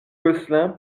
gosselin